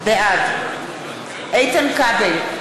בעד איתן כבל,